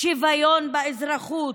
שוויון באזרחות,